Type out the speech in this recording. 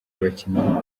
abakinnyi